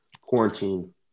quarantine